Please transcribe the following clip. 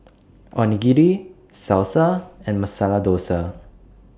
Onigiri Salsa and Masala Dosa